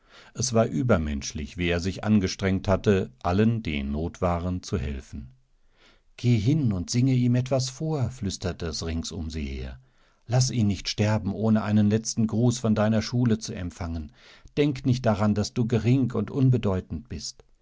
es war übermenschlich wie er sich angestrengthatte allen dieinnotwaren zuhelfen geh'hinundsingeihm etwas vor flüsterte es ringsum sie her laß ihn nicht sterben ohne einen letzten gruß von seiner schule zu empfangen denk nicht daran daß du gering und unbedeutend bist